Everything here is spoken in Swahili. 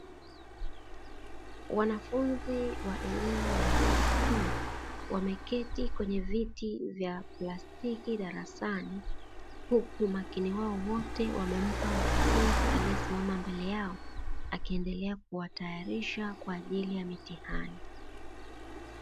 Wanafunzi wa elimu ya vyuo vikuu wameketi kwenye viti vya plastiki darasani, huku umakini wao wote wamempa mkufunzi aliyesimama mbele yao akiendelea kuwatayarisha kwa ajili ya mitihani.